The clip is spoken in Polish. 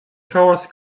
hałas